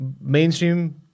mainstream